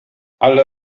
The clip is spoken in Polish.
ale